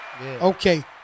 Okay